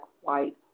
white